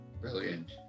brilliant